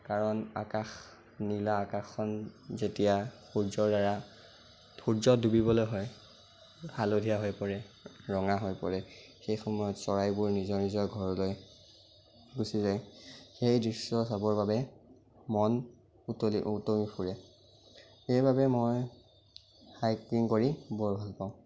কাৰণ আকাশ নীলা আকাশখন যেতিয়া সূৰ্যৰদ্বাৰা সূৰ্য ডুবিবলৈ হয় হালধীয়া হৈ পৰে ৰঙা হৈ পৰে সেই সময়ত চৰাইবোৰ নিজৰ নিজৰ ঘৰলৈ গুচি যায় সেই দৃশ্য চাবৰ বাবে মন উতলি উতলি ফুৰে সেইবাবে মই হাইকিং কৰি বৰ ভাল পাওঁ